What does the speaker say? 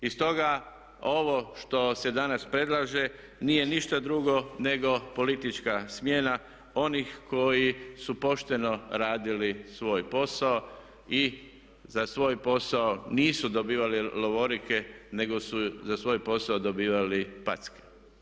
I stoga ovo što se danas predlaže nije ništa drugo nego politička smjena onih koji su pošteno radili svoj posao i za svoj posao nisu dobivali lovorike nego su za svoj posao dobivali packe.